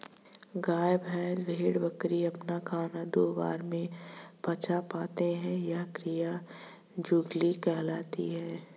गाय, भैंस, भेड़, बकरी अपना खाना दो बार में पचा पाते हैं यह क्रिया जुगाली कहलाती है